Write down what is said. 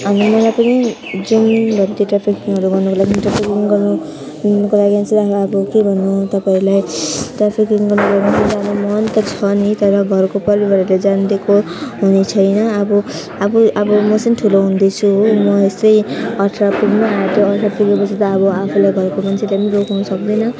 अनि मलाई पनि जाऊँ भन्थ्यो ट्राफिकिङहरू गर्नुको लागि ट्राफिकिङ गर्नुको लागि चाहिँ अब के भन्नु तपाईँहरूलाई ट्राफिकिङ गर्नुको लागि चाहिँ जानु मन त छ नि तर घरको परिवारहरूले जानु दिएको हुने छैन अब अब अब म चाहिँ ठुलो हुँदैछु हो म यस्तो अठार पुग्नु आँटे अठार पुगे पछि त अब आफूलाई घरको मान्छेले पनि रोक्नु सक्दैन